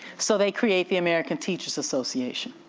so they create the american teachers association,